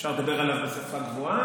אפשר לדבר עליו בשפה גבוהה,